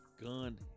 gun